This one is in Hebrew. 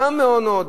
גם מעונות,